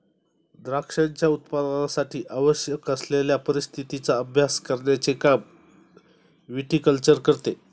द्राक्षांच्या उत्पादनासाठी आवश्यक असलेल्या परिस्थितीचा अभ्यास करण्याचे काम विटीकल्चर करते